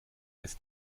ist